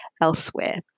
elsewhere